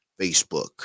Facebook